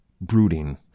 brooding